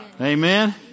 Amen